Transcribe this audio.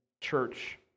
church